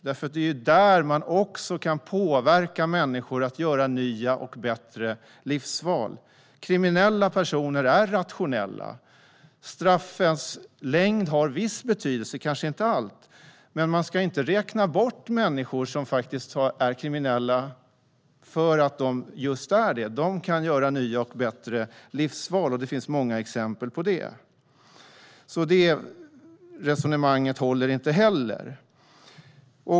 Det är där man kan påverka människor att göra nya och bättre livsval. Kriminella personer är rationella. Straffens längd har viss betydelse. Den betyder kanske inte allt, men man ska inte räkna bort människor som är kriminella därför att de är just detta. De kan göra nya och bättre livsval - det finns många exempel på det. Resonemanget där håller inte heller.